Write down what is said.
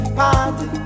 party